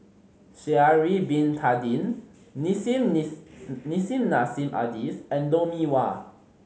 Sha'ari Bin Tadin Nissim Nissim Nassim Adis and Lou Mee Wah